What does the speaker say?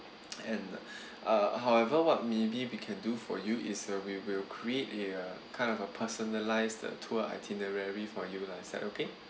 and uh however what maybe we can do for you is uh we will create a uh kind of a personalised uh tour itinerary for you lah is that okay